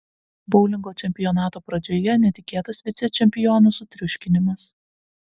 boulingo čempionato pradžioje netikėtas vicečempionų sutriuškinimas